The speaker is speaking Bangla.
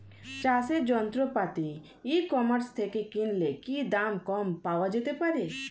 চাষের যন্ত্রপাতি ই কমার্স থেকে কিনলে কি দাম কম পাওয়া যেতে পারে?